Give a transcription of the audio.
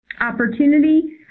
opportunity